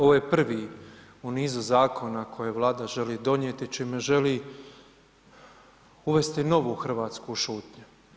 Ovo je prvi u nizu zakona koji Vlada želi donijeti čime želi uvesti novu Hrvatsku šutnju.